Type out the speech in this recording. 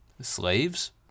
slaves